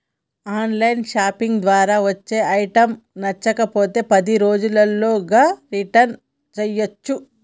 on line shopping ద్వారా వచ్చే items నచ్చకపోతే పది రోజుల్లోగా రిటర్న్ చేయ్యచ్చు